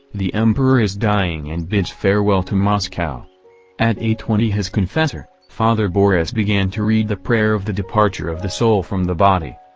the emperor is dying and bids farewell to moscow at eight twenty his confessor, father boris began to read the prayer of the departure of the soul from the body.